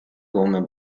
come